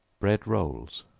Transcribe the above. bread rolls.